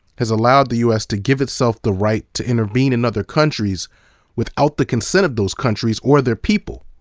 has allowed the u s. to give itself the right to intervene in other countries without the consent of those countries or their people.